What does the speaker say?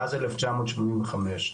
מאז 1985,